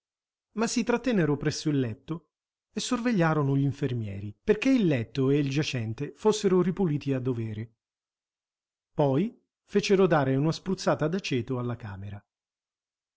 ma si trattennero presso il letto e sorvegliarono gl'infermieri perché il letto e il giacente fossero ripuliti a dovere poi fecero dare una spruzzata d'aceto alla camera